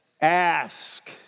ask